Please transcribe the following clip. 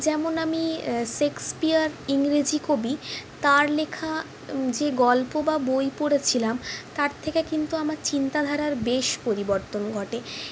যেমন আমি শেক্সপিয়ার ইংরেজি কবি তার লেখা যে গল্প বা বই পড়েছিলাম তার থেকে কিন্তু আমার চিন্তাধারার বেশ পরিবর্তন ঘটে